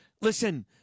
listen—